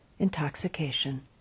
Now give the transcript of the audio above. intoxication